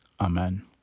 Amen